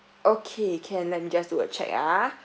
okay can let me just do a check ah